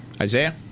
Isaiah